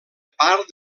part